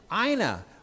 Ina